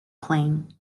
plain